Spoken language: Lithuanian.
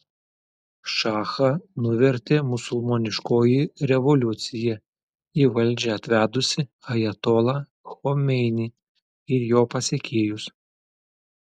šachą nuvertė musulmoniškoji revoliucija į valdžią atvedusi ajatolą chomeinį ir jo pasekėjus